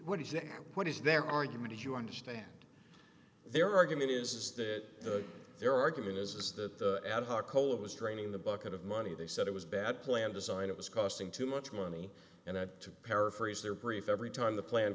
what is there what is their argument if you understand their argument is that their argument is that ad hoc cola was draining the bucket of money they said it was bad plan design it was costing too much money and had to paraphrase their brief every time the plan